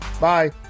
Bye